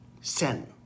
sin